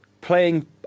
Playing